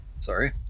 sorry